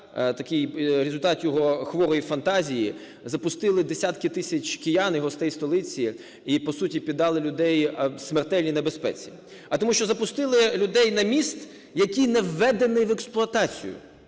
такий результат його хворої фантазії, запустили десятки тисяч киян і гостей столиці і по суті піддали людей смертельній небезпеці. А тому що запустили людей на міст, який не введений в експлуатацію.